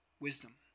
wisdom